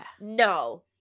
No